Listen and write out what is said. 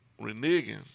reneging